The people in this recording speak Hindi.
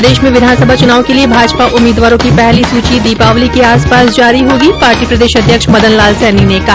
प्रदेश में विधानसभा चुनाव के लिये भाजपा उम्मीदवारों की पहली सूची दीपावली के आस पास जारी होगी पार्टी प्रदेशाध्यक्ष मदन लाल सैनी ने कहा